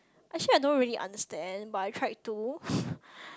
actually I don't really understand but I tried to